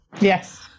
Yes